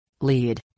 lead